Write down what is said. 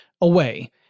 away